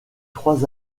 trois